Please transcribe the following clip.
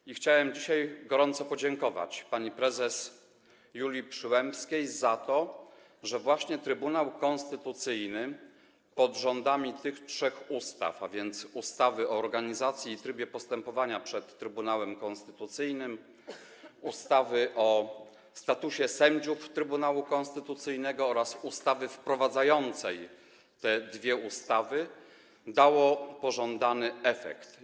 I chciałem dzisiaj gorąco podziękować pani prezes Julii Przyłębskiej za to, że działalność Trybunału Konstytucyjnego pod rządami tych trzech ustaw, a więc ustawy o organizacji i trybie postępowania przed Trybunałem Konstytucyjnym, ustawy o statusie sędziów Trybunału Konstytucyjnego oraz ustawy wprowadzającej te dwie ustawy, dała pożądany efekt.